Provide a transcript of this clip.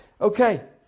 Okay